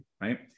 right